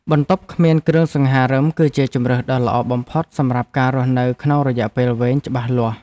បន្ទប់គ្មានគ្រឿងសង្ហារិមគឺជាជម្រើសដ៏ល្អបំផុតសម្រាប់ការរស់នៅក្នុងរយៈពេលវែងច្បាស់លាស់។